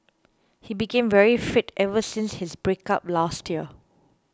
he became very fit ever since his breakup last year